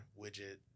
widget